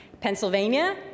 Pennsylvania